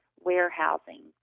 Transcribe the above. warehousing